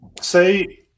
say